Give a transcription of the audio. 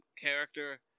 character